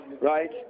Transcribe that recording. Right